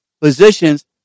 positions